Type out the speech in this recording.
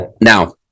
Now